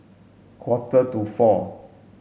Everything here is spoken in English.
quarter to four